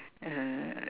uh